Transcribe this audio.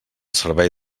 servei